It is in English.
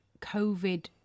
covid